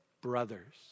brothers